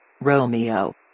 Romeo